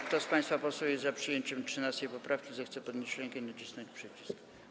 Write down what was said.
Kto z państwa posłów jest za przyjęciem 13. poprawki, zechce podnieść rękę i nacisnąć przycisk.